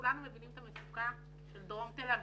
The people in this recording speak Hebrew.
כולנו מבינים את המצוקה של דרום תל אביב.